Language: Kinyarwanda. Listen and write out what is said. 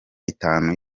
itanu